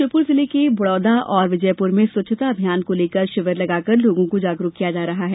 श्योपुर जिले के बडोदा और विजयपुर में स्वच्छता अभियान को लेकर शिविर लगाकर लोगों को जागरूक किया जा रहा है